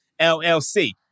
LLC